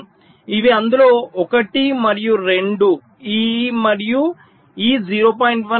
1 ఇవి ఇందులో ఒకటి మరియు 2 ఈ మరియు ఈ 0